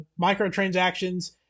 microtransactions